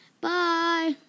Bye